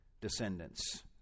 descendants